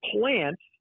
Plants